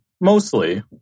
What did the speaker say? mostly